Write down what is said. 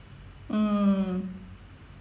mm